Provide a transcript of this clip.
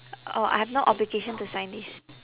or I have no obligation to sign this